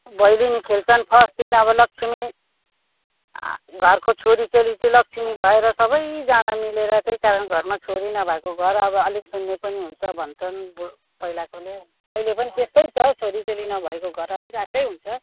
भैलेनी खेल्छन् फर्स्ट दिन अब लक्ष्मी घरको छोरी चेली चाहिँ लक्ष्मी भएर सबैजना मिलेर चाहिँ घरमा छोरी न भएको घर अब अलिक शून्य पनि हुन्छ भन्छन् पुरा पहिलाकोले अहिले पनि त्यस्तै छ हौ छोरी चेली न भएको घर अलिक अर्कै हुन्छ